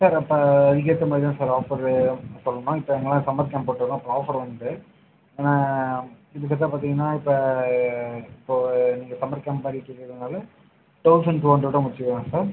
sir அப்போ அதுக்கேற்ற மாதிரி தான் சார் ஆஃப்பர் சொல்லலாம் இப்போ இங்கெலாம் சம்மர் கேம்ப் போட்டிருக்கோம் ஆஃப்பர் உண்டு நான் கிட்டத்தட்ட பார்த்திங்கனா இப்போ இப்போது சம்மர் கேம்ப் மாதிரி இருக்கிறதுனால தெளசண்ட் டூ ஹண்ட்ரெட்டா முடிச்சுக்கலாம் சார்